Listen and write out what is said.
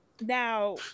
now